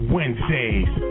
Wednesdays